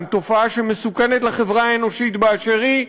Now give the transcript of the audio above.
היא תופעה שמסוכנת לחברה האנושית באשר היא,